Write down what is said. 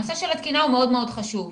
נושא התקינה חשוב מאוד,